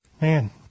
Man